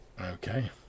Okay